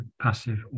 passive